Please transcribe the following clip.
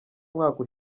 mwaka